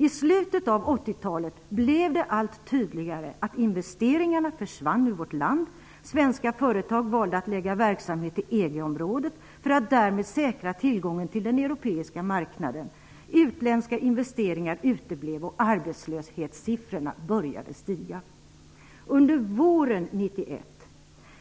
I slutet av 80-talet blev det allt tydligare att investeringarna försvann ur vårt land. Svenska företag valde att förlägga sin verksamhet till EG området för att därmed säkra tillgången till den europeiska marknaden. Utländska investeringar uteblev och arbetslöshetssiffrorna började stiga. Under våren 1991